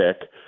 pick